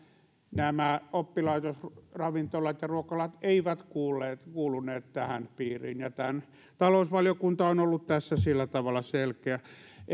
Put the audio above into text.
nämä oppilaitosravintolat ja ruokalat eivät kuuluneet kuuluneet tämän piiriin ja talousvaliokunta on ollut tässä sillä tavalla selkeä